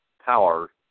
power